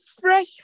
fresh